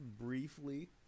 briefly